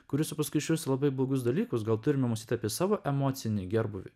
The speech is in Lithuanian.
kuris ir paskui ir išvirs į labai blogus dalykus gal turim mąstyti apie savo emocinį gerbūvį